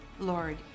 lord